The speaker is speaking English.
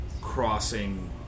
crossing